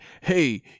hey